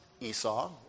Esau